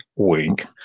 Wink